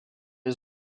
les